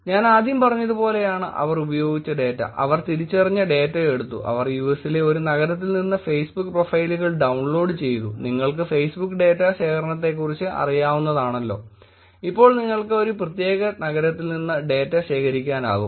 ഞാൻ ആദ്യം പറഞ്ഞതുപോലെയാണ് അവർ ഉപയോഗിച്ച ഡാറ്റ അവർ തിരിച്ചറിഞ്ഞ ഡാറ്റ എടുത്തു അവർ യുഎസിലെ ഒരു നഗരത്തിൽ നിന്ന് ഫെയ്സ്ബുക്ക് പ്രൊഫൈലുകൾ ഡൌൺലോഡ് ചെയ്തു നിങ്ങൾക്ക് ഫെയ്സ്ബുക്ക് ഡാറ്റ ശേഖരണത്തെക്കുറിച്ച് അറിയാവുന്നതാണല്ലോ ഇപ്പോൾ നിങ്ങൾക്ക് ഒരു പ്രത്യേക നഗരത്തിൽ നിന്ന് ഡാറ്റ ശേഖരിക്കാനാകും